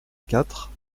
quatre